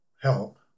help